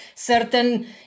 certain